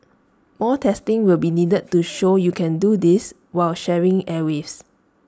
more testing will be needed to show you can do this while sharing airwaves